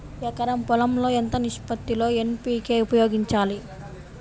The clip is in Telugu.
ఎకరం పొలం లో ఎంత నిష్పత్తి లో ఎన్.పీ.కే ఉపయోగించాలి?